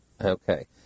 Okay